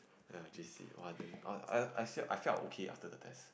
ya J_C !wah! then I felt okay after the test